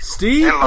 Steve